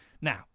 Now